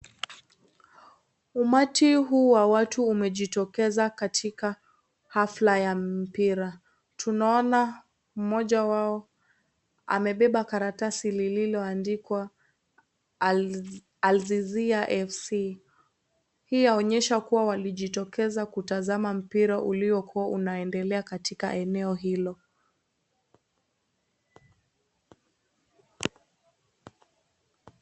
Umati huu wa watu umejitokeza katika hafla ya mpira tunaona mmoja wao amebeba karatasi ilitoka andikwa Aljizira Fc.Hii inamanisha walijitokeza kuangalia mpira ulikuwa unaendelea katika eneo hilo.